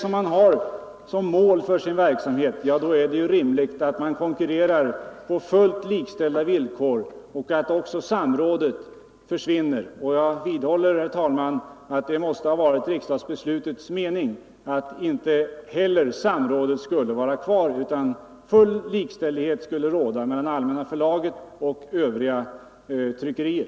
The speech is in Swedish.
Har man detta som mål för sin verksamhet är det = stemäns aktieinnerimligt att man konkurrerar på lika villkor och att även samrådet för — hav Jag vidhåller att det måste ha varit riksdagsbeslutets mening att inte heller samrådet skulle vara kvar utan att full likställdhet skulle råda mellan Allmänna förlaget och övriga tryckerier.